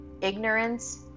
ignorance